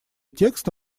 текста